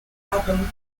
upham